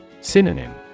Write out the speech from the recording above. Synonym